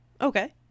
Okay